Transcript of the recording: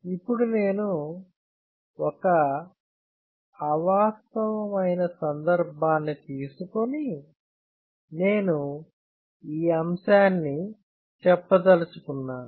ఇప్పుడు నేను ఒక అవాస్తవమైన సందర్భాన్ని తీసుకొని నేను ఈ అంశాన్ని చెప్పదలుచుకున్నాను